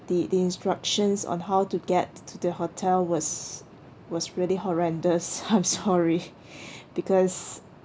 the the instructions on how to get to the hotel was was really horrendous I'm sorry because